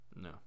no